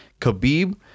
Khabib